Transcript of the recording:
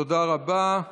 תודה רבה.